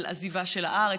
על עזיבה של הארץ,